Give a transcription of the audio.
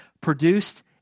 produced